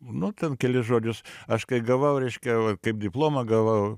nu ten kelis žodžius aš kai gavau reiškia va kaip diplomą gavau